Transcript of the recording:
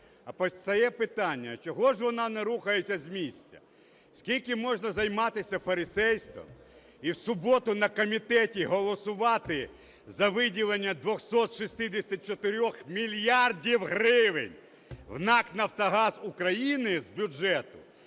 Постає питання, чого ж вона не рухається з місця? Скільки можна займатися фарисейством і в суботу на комітеті голосувати за виділення 264 мільярдів гривень в НАК "Нафтогаз України" з бюджету,